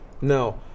No